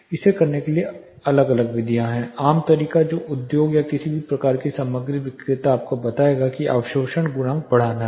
इसे करने के लिए अलग अलग विधियां हैं आम तरीका जो उद्योग या किसी भी प्रकार का सामग्री विक्रेता आपको बताएगा कि अवशोषण गुणांक बढ़ाना है